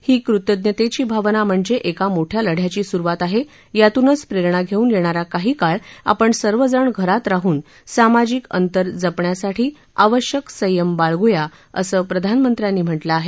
ही कृतज्ञता भावना म्हणजे एका मोठ्या लढ्याची स्रुवात आहे यातूनच प्रेरणा घेऊन येणारा काही काळ आपण सर्वजण घरात राहून सामाजिक अंतर जपण्यासाठी आवश्यक संयम बाळग्र्या असं प्रधानमंत्र्यांनी म्हटलं आहे